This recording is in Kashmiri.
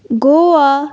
گووا